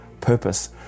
purpose